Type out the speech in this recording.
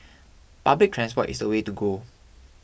public transport is the way to go